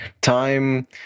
time